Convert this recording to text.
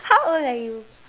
how old are you